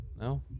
No